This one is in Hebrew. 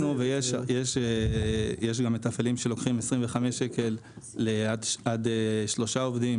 אנחנו בדקנו ויש מתפעלים שלוקחים 25 שקל לעד שלושה עובדים,